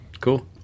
Cool